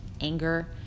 anger